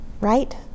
Right